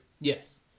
Yes